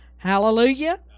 Hallelujah